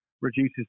reduces